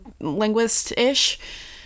linguist-ish